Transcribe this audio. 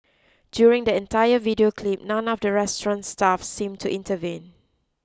during the entire video clip none of the restaurant's staff seem to intervene